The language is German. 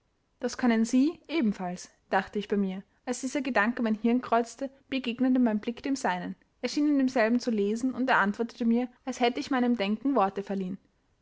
das können sie ebenfalls dachte ich bei mir als dieser gedanke mein hirn kreuzte begegnete mein blick dem seinen er schien in demselben zu lesen und er antwortete mir als hätte ich meinem denken worte verliehen